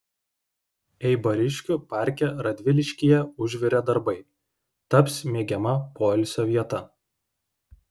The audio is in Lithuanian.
eibariškių parke radviliškyje užvirė darbai taps mėgiama poilsio vieta